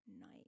night